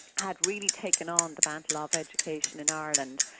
had really taken on the mantle ah of education in ireland.